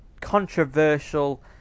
controversial